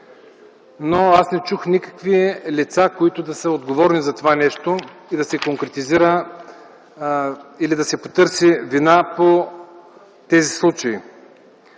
Но аз не чух никакви лица, които да са отговорни за това нещо и да се конкретизира или да се потърси вина по тези случаи.